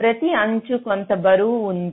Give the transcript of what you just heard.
ప్రతి అంచు కొంత బరువు ఉంది